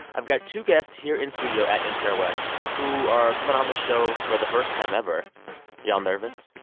i've got two guests here in studio at npr west who are coming on the show for the first time ever y'all nervous?